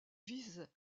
visent